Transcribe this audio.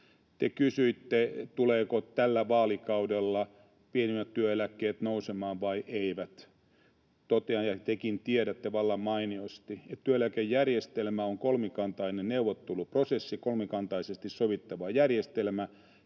kysyitte, tulevatko tällä vaalikaudella pienemmät työeläkkeet nousemaan vai eivätkö. Totean ja tekin tiedätte vallan mainiosti, että työeläkejärjestelmä on kolmikantainen neuvotteluprosessi, kolmikantaisesti sovittava järjestelmä,